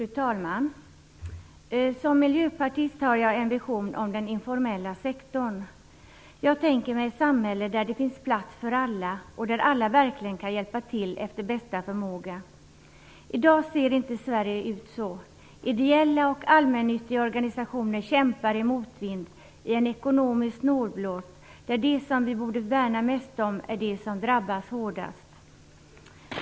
Fru talman! Som miljöpartist har jag en vision om den informella sektorn. Jag tänker mig ett samhälle där det finns plats för alla och där alla verkligen kan hjälpa till efter bästa förmåga. I dag ser inte Sverige ut så. Ideella och allmännyttiga organisationer kämpar i motvind och i en ekonomisk snålblåst där de som vi borde värna mest om är de som drabbas hårdast.